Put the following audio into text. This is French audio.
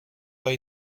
pas